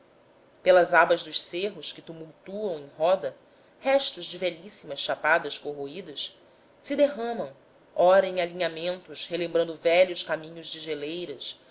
pelas abas dos cerros que tumultuam em roda restos de velhíssimas chapadas corroídas se derramam ora em alinhamentos relembrando velhos caminhos de geleiras